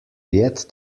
yet